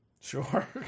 Sure